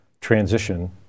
transition